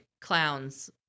clowns